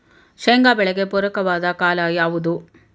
ಶೇಂಗಾ ಬೆಳೆಗೆ ಪೂರಕವಾದ ಕಾಲ ಯಾವುದು?